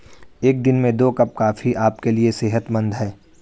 एक दिन में दो कप कॉफी आपके लिए सेहतमंद है